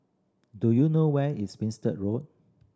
do you know where is Road